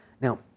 Now